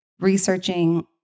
researching